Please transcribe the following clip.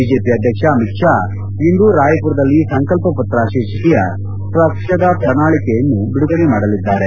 BJP ಅಧ್ಯಕ್ಷ ಅಮಿತ್ ಶಾ ಇಂದು ರಾಯಪುರದಲ್ಲಿ ಸಂಕಲ್ಪ ಪತ್ರ ಶೀರ್ಷಕೆಯ ಪಕ್ಷದ ಪ್ರಣಾಳಿಕೆಯನ್ನು ಬಿಡುಗಡೆ ಮಾಡಲಿದ್ದಾರೆ